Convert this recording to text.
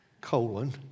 colon